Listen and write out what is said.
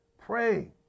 Pray